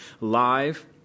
live